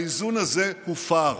האיזון הזה הופר.